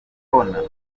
kubona